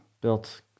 built